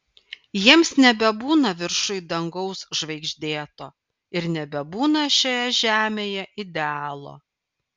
jiems nebebūna viršuj dangaus žvaigždėto ir nebebūna šioje žemėje idealo